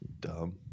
dumb